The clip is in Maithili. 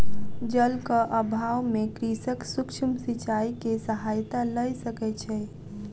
जलक अभाव में कृषक सूक्ष्म सिचाई के सहायता लय सकै छै